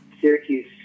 Syracuse